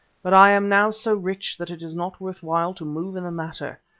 but i am now so rich that it is not worth while to move in the matter.